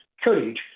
courage